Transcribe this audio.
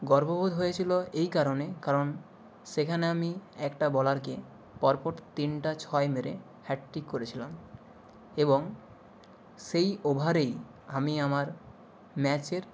গর্ব বোধ হয়েছিলো এই কারণে কারণ সেখানে আমি একটা বলারকে পরপর তিনটা ছয় মেরে হ্যাট্টিক করেছিলাম এবং সেই ওভারেই আমি আমার ম্যাচের